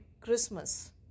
Christmas